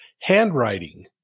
handwriting